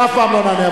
זה אף פעם לא נענה,